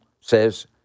says